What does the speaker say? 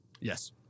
Yes